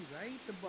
right